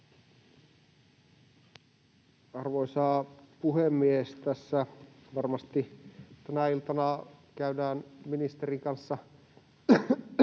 Tässä varmasti tänä iltana käydään ministerin kanssa